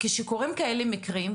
כשקורים כאלה מקרים,